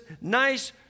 nice